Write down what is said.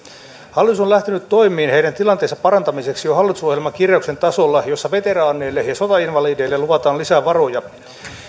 hallitus on lähtenyt toimiin heidän tilanteensa parantamiseksi jo hallitusohjelmakirjauksen tasolla jossa veteraaneille ja sotainvalideille luvataan lisää varoja